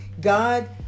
God